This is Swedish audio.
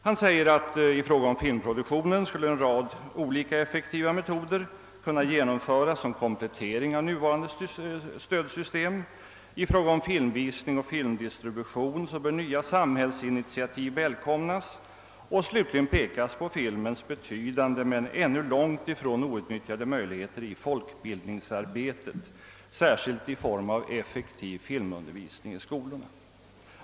Han säger att flera olika metoder skulle kunna genomföras i fråga om filmproduktionen som komplettering till nuvarande stödsystem. Beträffande filmvisning och filmdistribution bör nya samhällsinitiativ välkomnas, och slutligen pekas på filmens betydande men ännu outnyttjade möjligheter i folkbildningsarbetet, särskilt i form av effektiv filmundervisning i skolorna.